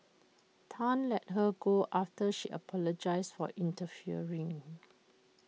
Tan let her go after she apologised for interfering